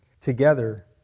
together